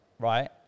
Right